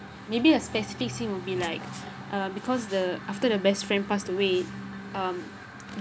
maybe a specific scene will be like uh because the after the best friend passed away um